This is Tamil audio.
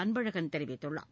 அன்பழகன் தெரிவித்துள்ளார்